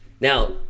Now